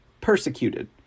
persecuted